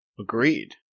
Agreed